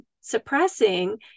suppressing